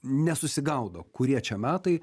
nesusigaudo kurie čia metai